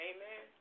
Amen